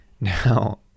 now